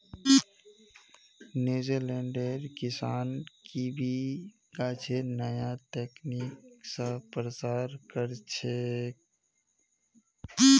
न्यूजीलैंडेर किसान कीवी गाछेर नया तकनीक स प्रसार कर छेक